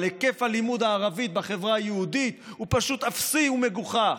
אבל היקף לימוד הערבית בחברה היהודית הוא פשוט אפסי ומגוחך.